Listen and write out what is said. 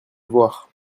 voir